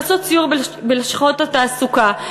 לעשות סיור בלשכות התעסוקה,